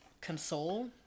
console